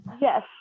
Yes